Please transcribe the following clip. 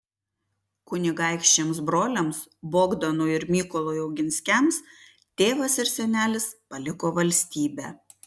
kunigaikščiams broliams bogdanui ir mykolui oginskiams tėvas ir senelis paliko valstybę